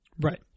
Right